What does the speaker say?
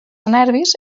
nervis